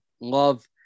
Love